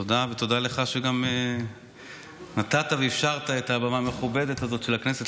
תודה ותודה לך שגם נתת ואפשרת את הבמה המכובדת הזאת של הכנסת,